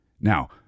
Now